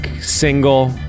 single